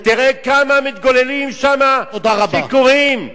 ותראה כמה מתגוללים שמה, שיכורים.